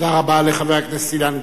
תודה רבה לחבר הכנסת אילן גילאון.